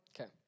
Okay